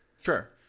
sure